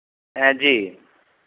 यह जी